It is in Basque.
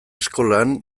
eskolan